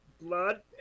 Blood